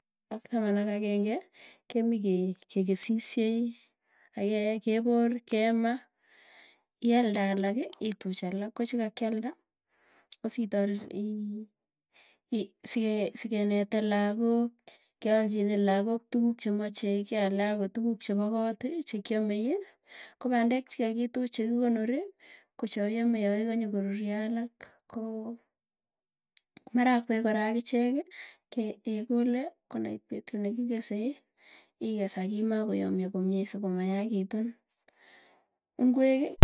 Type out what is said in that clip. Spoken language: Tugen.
Ak taman ak agenge, kemiii ke kekesisiei. akee kepor kemaa ialde alaki ituch alak. Ko chekakialda kositaret ii i sekenete lagook kealchine lagook tuguk chemachei keale akot, tuguk chepo kooti chekiamei, ko pandek chikakituch chekikonori ko chaiame yaikanye koruryo alak. Koo ko marakwek kora akicheki, kekole konait petut nekikesei, ikes akimaa koyamyo komyee sikomayakitun ngweki.